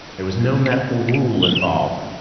there was no medical rule involved.